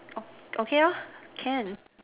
o~ okay lor can